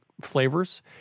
flavors